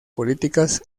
políticas